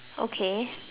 okay